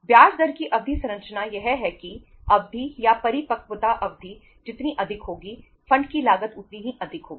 ब्याज दर की अवधि संरचना यह है कि अवधि या परिपक्वता अवधि जितनी अधिक होगी फंड की लागत उतनी ही अधिक होगी